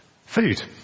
food